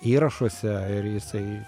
įrašuose ir jisai